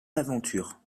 l’aventure